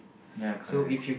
ya correct